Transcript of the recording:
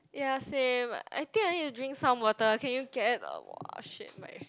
ya same I think I need to drink some water can you get !shit! my